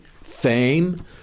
fame